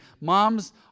Moms